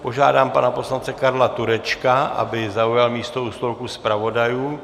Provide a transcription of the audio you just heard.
Požádám pana poslance Karla Turečka, aby zaujal místo u stolku zpravodajů.